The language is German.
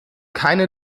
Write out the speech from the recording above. keine